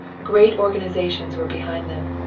great organizations were behind them.